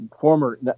former